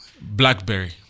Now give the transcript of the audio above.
BlackBerry